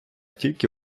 тільки